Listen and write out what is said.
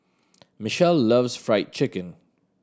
Michell loves Fried Chicken